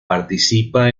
participa